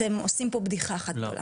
אתם עושים פה בדיחה אחת גדולה.